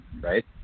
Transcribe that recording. right